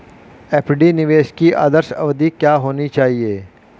FD निवेश की आदर्श अवधि क्या होनी चाहिए?